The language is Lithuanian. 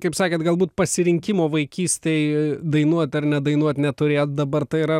kaip sakėt galbūt pasirinkimo vaikystėj dainuot ar nedainuot neturėjot dabar tai yra